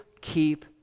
keep